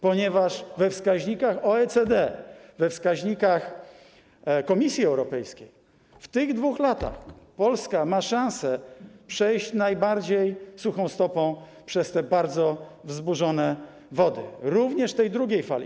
ponieważ we wskaźnikach OECD, we wskaźnikach Komisji Europejskiej, w tych 2 latach Polska ma szansę przejść najbardziej suchą stopą przez te bardzo wzburzone wody, również tej drugiej fali.